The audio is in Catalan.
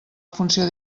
funció